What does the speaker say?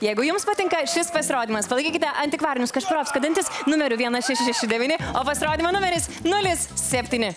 jeigu jums patinka šis pasirodymas palaikykite antikvarinius kašpirovskio dantis numeriu vienas šeši šeši devyni o pasirodymo numeris nulis septyni